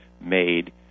made